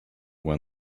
when